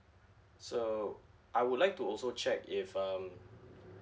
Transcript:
so I would like to also check if um